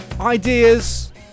ideas